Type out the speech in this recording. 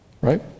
right